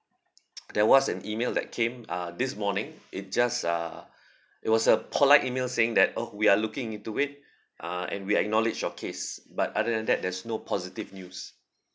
there was an email that came uh this morning it just uh it was a polite email saying that oh we are looking into it uh and we acknowledge your case but other than that there's no positive news